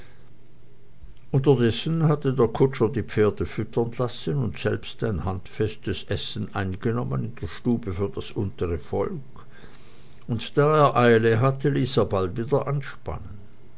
unterdessen hatte der kutscher die pferde füttern lassen und selbst ein handfestes essen eingenommen in der stube für das untere volk und da er eile hatte ließ er bald wieder anspannen